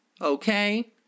Okay